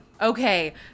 Okay